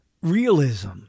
realism